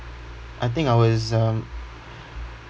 I think I was um